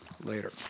later